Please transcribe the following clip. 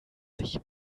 sich